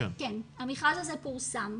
כן, המכרז הזה פורסם.